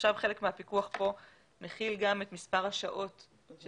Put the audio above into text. עכשיו חלק מהפיקוח פה מכיל גם את מספר השעות שצריך